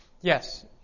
Yes